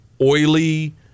oily